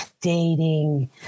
dating